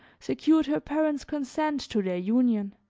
secured her parents' consent to their union.